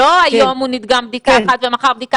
לא שהיום הוא נדגם בדיקה אחת ומחר בדיקה